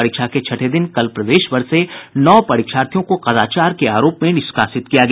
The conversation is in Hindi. परीक्षा के छठे दिन कल प्रदेशभर से नौ परीक्षार्थियों को कदाचार के आरोप में निष्कासित किया गया